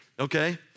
Okay